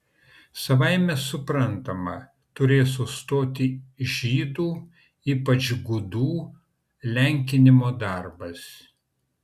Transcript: savaime suprantama turės sustoti žydų ypač gudų lenkinimo darbas